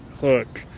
hook